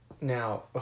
Now